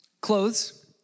Clothes